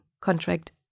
contract